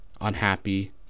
unhappy